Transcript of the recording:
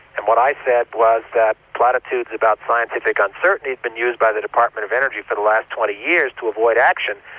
and what i said was that platitudes about scientific uncertainty has been used by the department of energy for the last twenty years to avoid action,